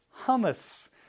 Hummus